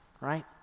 right